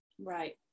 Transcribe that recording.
Right